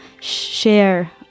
share